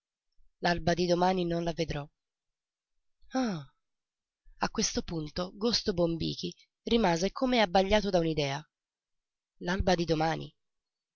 l'alba di domani non la vedrò oh a questo punto gosto bombichi rimase come abbagliato da un'idea l'alba di domani